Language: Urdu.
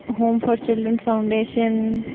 home for children foundation